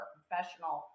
professional